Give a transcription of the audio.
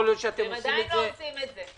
יכול להיות- - והם עדיין לא עושים את זה.